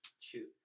shoot